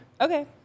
Okay